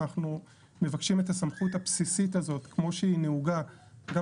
ואנחנו מבקשים את הסמכות הבסיסית הזאת כמו שהיא נהוגה גם